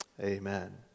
Amen